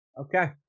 okay